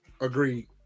agreed